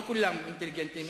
לא כולם אינטליגנטים,